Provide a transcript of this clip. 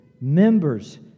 members